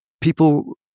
people